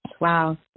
wow